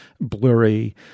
blurry